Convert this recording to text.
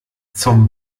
zum